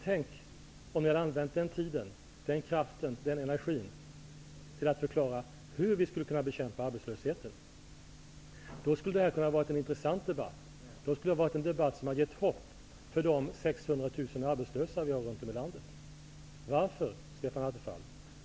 Tänk om ni hade använt den energin, den kraften och den tiden till att förklara hur vi skall kunna bekämpa arbetslösheten! Då skulle det här ha kunnat vara en intressant debatt, som hade gett hopp för de 600 000 arbetslösa runt om i landet.